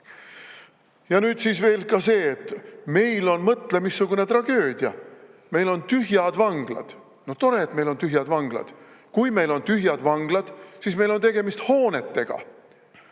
nüüd siis veel ka see, et meil on mõtle missugune tragöödia: meil on tühjad vanglad. No tore, et meil on tühjad vanglad! Kui meil on tühjad vanglad, siis meil on tegemist hoonetega.